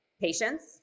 patients